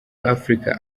africa